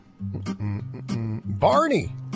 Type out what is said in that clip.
barney